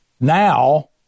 now